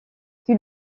qui